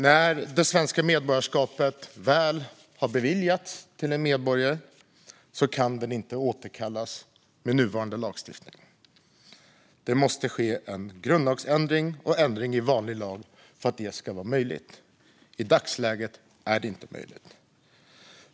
När det svenska medborgarskapet väl har beviljats en medborgare kan det med nuvarande lagstiftning inte återkallas. Det måste ske en grundlagsändring och en ändring i vanlig lag för att detta ska vara möjligt; i dagsläget är det inte möjligt.